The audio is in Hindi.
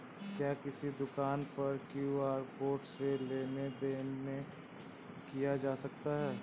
क्या किसी दुकान पर क्यू.आर कोड से लेन देन देन किया जा सकता है?